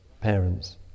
parents